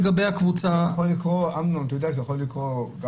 שזה יכול לקרות,